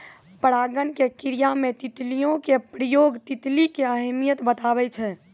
परागण के क्रिया मे तितलियो के प्रयोग तितली के अहमियत बताबै छै